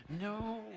no